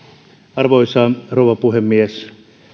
arvoisa rouva puhemies